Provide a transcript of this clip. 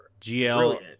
GL